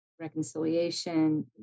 reconciliation